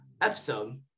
Epsom